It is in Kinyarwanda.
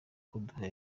haduka